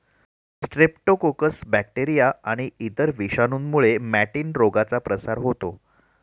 Streptococcus bacteria आणि इतर विषाणूंमुळे मॅटिन रोगाचा प्रसार होतो